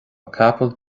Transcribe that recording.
capall